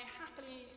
happily